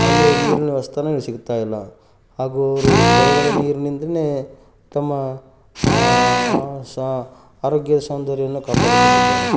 ಅಲ್ಲಿ ನೀರಿನ ವ್ಯವಸ್ಥೆಯೇ ಸಿಗ್ತಾ ಇಲ್ಲ ಹಾಗೂ ಅವರು ಕೆರೆಗಳ ನೀರಿನಿಂದಲೇ ತಮ್ಮ ಆರೋಗ್ಯ ಸೌಂದರ್ಯವನ್ನು ಕಾಪಾಡಿಕೊಂಡಿದ್ದಾರೆ